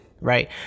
Right